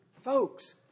folks